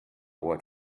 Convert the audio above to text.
word